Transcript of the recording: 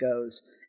goes